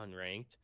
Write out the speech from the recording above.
unranked